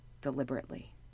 deliberately